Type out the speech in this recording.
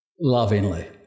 lovingly